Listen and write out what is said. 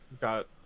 got